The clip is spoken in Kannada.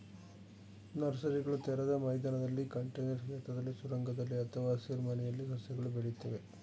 ನರ್ಸರಿಗಳು ತೆರೆದ ಮೈದಾನದಲ್ಲಿ ಕಂಟೇನರ್ ಕ್ಷೇತ್ರದಲ್ಲಿ ಸುರಂಗದಲ್ಲಿ ಅಥವಾ ಹಸಿರುಮನೆಯಲ್ಲಿ ಸಸ್ಯಗಳನ್ನು ಬೆಳಿತವೆ